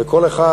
וכל אחד,